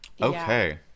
okay